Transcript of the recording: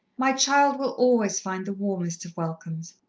my child will always find the warmest of welcomes!